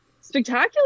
spectacular